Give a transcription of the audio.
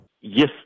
Yes